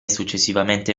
successivamente